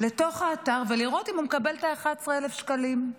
לתוך האתר ולראות אם הוא מקבל את ה-11,000 שקלים.